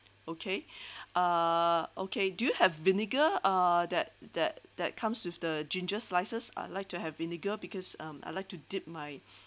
okay uh okay do you have vinegar uh that that that comes with the ginger slices I like to have vinegar because um I like to dip my